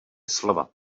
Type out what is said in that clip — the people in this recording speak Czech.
slova